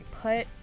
put